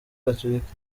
gaturika